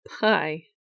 Pie